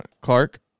Clark